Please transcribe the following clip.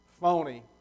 phony